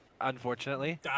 unfortunately